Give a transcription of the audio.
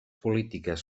polítiques